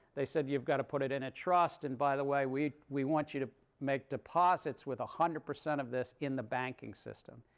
they said you've got to put it in a trust. and by the way, we we want you to make deposits with one hundred percent of this in the banking system.